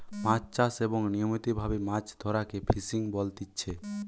মাছ চাষ এবং নিয়মিত ভাবে মাছ ধরাকে ফিসিং বলতিচ্ছে